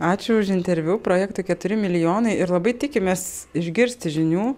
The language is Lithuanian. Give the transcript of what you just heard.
ačiū už interviu projektui keturi milijonai ir labai tikimės išgirsti žinių